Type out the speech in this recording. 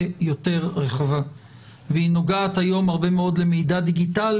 יותר רחבה והיא נוגעת היום הרבה מאוד למידע דיגיטלי,